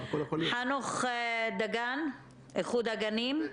חנן דגן, איחוד הגנים.